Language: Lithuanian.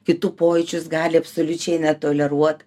kitų pojūčius gali absoliučiai netoleruot